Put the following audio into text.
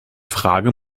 frage